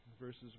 verses